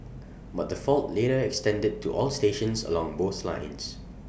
but the fault later extended to all stations along both lines